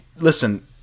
Listen